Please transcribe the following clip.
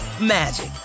magic